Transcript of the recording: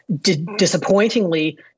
disappointingly